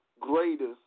greatest